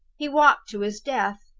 he walked to his death.